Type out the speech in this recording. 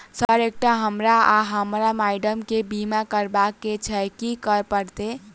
Sir एकटा हमरा आ अप्पन माइडम केँ बीमा करबाक केँ छैय की करऽ परतै?